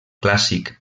clàssic